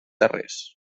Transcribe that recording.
tarrés